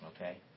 Okay